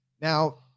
Now